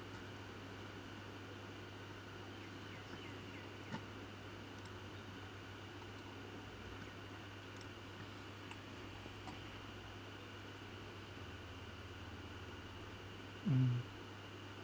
mm